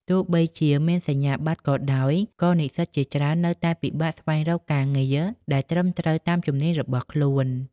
ទោះបីជាមានសញ្ញាបត្រក៏ដោយ ក៏និស្សិតជាច្រើននៅតែពិបាកស្វែងរកការងារដែលត្រឹមត្រូវតាមជំនាញរបស់ខ្លួន។